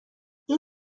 این